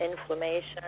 inflammation